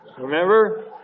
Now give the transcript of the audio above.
Remember